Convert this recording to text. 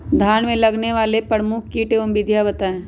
धान में लगने वाले प्रमुख कीट एवं विधियां बताएं?